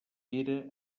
era